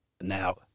Now